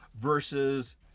versus